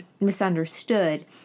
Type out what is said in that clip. misunderstood